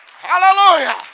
Hallelujah